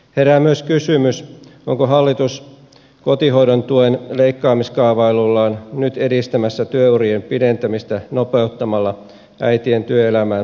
herää myös kysymys onko hallitus kotihoidon tuen leikkaamiskaavailuillaan nyt edistämässä työurien pidentämistä nopeuttamalla äitien työelämään palaamista